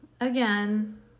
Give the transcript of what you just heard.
again